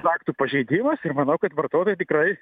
faktų pažeidimas ir manau kad vartotojai tikrai